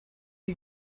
die